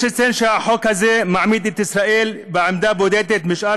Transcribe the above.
יש לציין שהחוק הזה מעמיד את ישראל בעמדה בודדת משאר